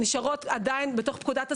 עדיין נשארות בתוך פקודת הסמים,